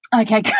okay